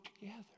together